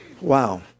Wow